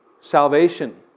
salvation